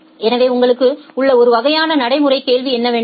எனவே உங்களுக்கு உள்ள ஒரு வகையான நடைமுறை கேள்வி என்னவென்றால்